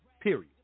Period